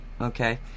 okay